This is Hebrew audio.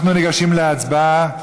אנחנו ניגשים להצבעה.